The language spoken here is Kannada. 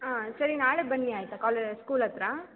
ಹಾಂ ಸರಿ ನಾಳೆ ಬನ್ನಿ ಆಯಿತಾ ಕಾಲೇ ಸ್ಕೂಲ್ ಹತ್ತಿರ